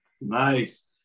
Nice